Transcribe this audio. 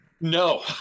No